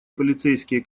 полицейские